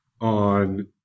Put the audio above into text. on